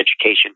education